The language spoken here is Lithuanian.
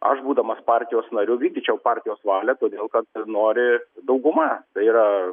aš būdamas partijos nariu vykdyčiau partijos valią todėl kad nori dauguma tai yra